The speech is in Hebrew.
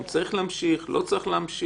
אם צריך להמשיך או לא להמשיך.